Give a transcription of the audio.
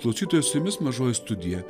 klausytojai su jumis mažoji studija